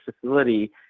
facility